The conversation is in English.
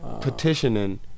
petitioning